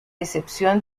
excepción